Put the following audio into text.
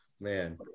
Man